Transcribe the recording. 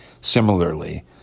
similarly